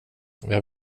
jag